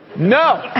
no!